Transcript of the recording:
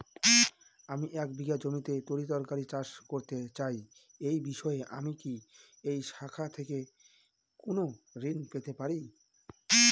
আমি এক বিঘা জমিতে তরিতরকারি চাষ করতে চাই এই বিষয়ে আমি কি এই শাখা থেকে কোন ঋণ পেতে পারি?